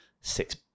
six